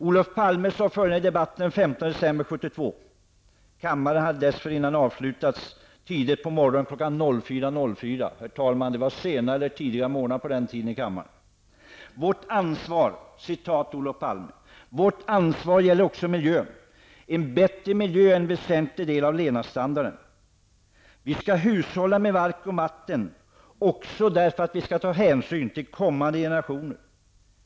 Olof Palme sade följande i debatten den 15 december 1972 -- kammare hade dessförinnan avslutat föregående dags arbete tidigt på morgonen kl. 04.04. Det var senare tidiga morgnar på den tiden, herr talman: ''Vårt ansvar gäller också miljön. En bättre miljö är en väsentlig del av levnadsstandarden. -- Vi skall hushålla med mark och vatten också därför att vi skall ta hänsyn till kommande generationer.